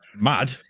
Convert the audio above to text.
mad